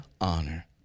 honor